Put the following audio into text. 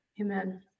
amen